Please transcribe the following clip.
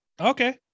Okay